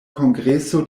kongreso